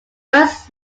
bus